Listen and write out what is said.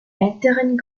älteren